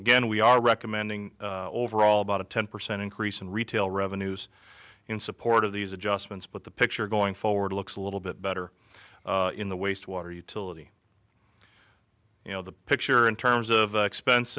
recommending overall about a ten percent increase in retail revenues in support of these adjustments but the picture going forward looks a little bit better in the waste water utility you know the picture in terms of expense